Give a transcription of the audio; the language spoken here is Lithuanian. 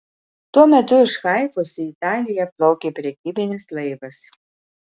tuo metu iš haifos į italiją plaukė prekybinis laivas